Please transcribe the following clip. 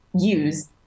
use